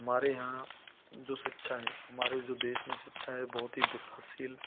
हमारे यहाँ जो शिक्षा है हमारे जो देस में शिक्षा है बहुत ही विकासशील